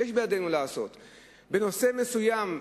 יש בידינו לעשות בנושא מסוים,